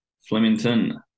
Flemington